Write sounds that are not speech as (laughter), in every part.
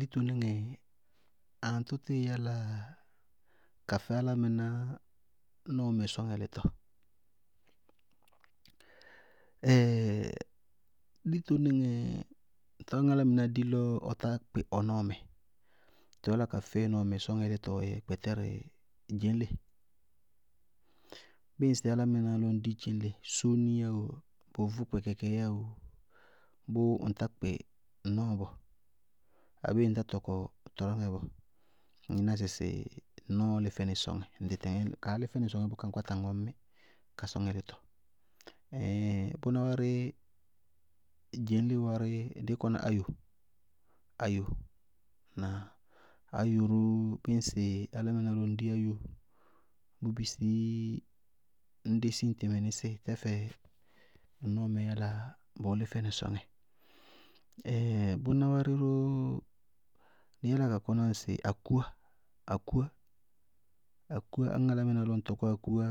Ditonɩŋɛ aŋtʋ tíí yála ka fɛ álámɩná nɔɔmɛ sɔŋɛ lítɔ? (hesitation) ditonɩŋɛ tɔɔ ñŋ álámɩná dí lɔ ɔ tá kpɩ ɔ nɔɔmɛ, tʋʋ yála ka fɛɩ nɔɔmɛ sɔŋɛ litɔɔ yɛ gbɛtɛrɛ dzeñle, bíɩ ŋsɩ álámɩná lɔ ŋ di dzeñle, sóóni yá ooo kpɛkɛkɛɛ yá ooo bʋʋ ŋtá kpɩ ŋnɔɔ bɔɔ abéé ŋtá tɔkɔ tɔráŋɛ bɔɔ, ŋñ ná ssɩɩ ŋ nɔɔɔ lí fɛnɩ sɔŋɛ, ŋtɩtɩŋɛ kaá lí fɛnɩ sɔŋɛ bʋká ŋ kpáta ŋñ mí, ka sɔŋɛ lítɔ, ɛɛin bʋná wárɩ, dzeñle wárɩ, dɩí kɔna áyo, áyo ñna áyo ró bíɩ ŋsɩ álámɩná ró ŋ dí áyo, bʋʋ bisí ñ dési ŋtɩ mɩnɩsɩɩ tɛfɛ ŋ nɔɔmɛ yála bʋʋ lí fɛnɩ sɔŋɛ. (hesitation) bʋná wárí ró dɩí yála ka kɔná ŋsɩ akúwá, akúwá, akúwá ñŋ álámɩná lɔ ŋ tɔkɔ akúwá,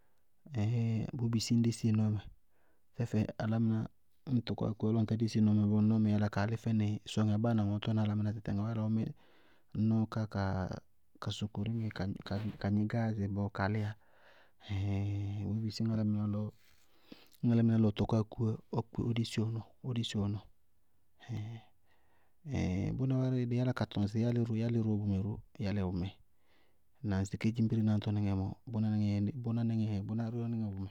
(hesitation) bʋʋ bisí ñ dési ŋ nɔɔmɛ. Tɛfɛ álámɩná ñŋ tɔkɔ akúwá lɔ ŋtá dési ŋ nɔɔmɛɛ yála kaá lí fɛnɩ sɔŋɛ abáa ŋwɛ ŋñ tɔñna álámɩná tɩtɩŋɛ ɔɔ yála ɔɔ mí ŋ nɔɔ ká ka sokoriŋɛ, ka gnígáázɩ bɔɔ kaa líyá hɛɛɛŋ bʋʋ bisí álámɩná lɔ, álámɩná lɔ ɔ tɔkɔ akúwá, ɔ kpɩ ʋ dési ɔ nɔɔ, ɔ ʋ dési ɔ nɔɔ. (hesitation) bʋná wárí dɩí yála ka tɔŋ sɩ yalɛ ró yálɛ ró, yálɛ ró bʋmɛ ró, yálɛ ró bʋmɛ, na ŋsɩ kedzimbire náñtɔɔ nɩŋɛ mɔɔ bʋná nɩŋɛ hɛɛɛŋ, bʋná nɩŋɛ wɛ, bʋná nɩŋɛ wɛ bʋmɛ,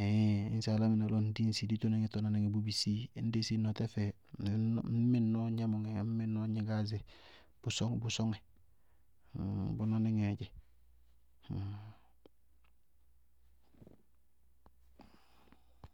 ɛɛin ñŋsɩ álámɩná lɔ ŋ di ditonɩŋɛ ŋsɩ tʋná nɩŋɛ, bʋʋ bisí ñ dési ŋ nɔɔ tɛfɛ ŋñ mí ŋ nɔɔ gnɛmʋŋɛ ŋñ mí ŋ nɔɔ gnígáázɩ, bʋ sɔ- bʋ sɔŋɛ, (hesitation) bʋná nɩŋɛɛ dzɛ. (hesitation)